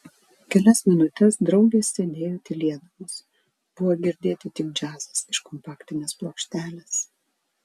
kelias minutes draugės sėdėjo tylėdamos buvo girdėti tik džiazas iš kompaktinės plokštelės